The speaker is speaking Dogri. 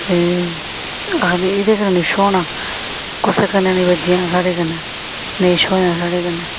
ते आखदे हे एह्दे कन्नै नेईं छ्होना कुसै कन्नै नेईं बज्जेआं साढ़े कन्नै नेईं छ्होएआं साढ़े कन्नै